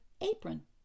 apron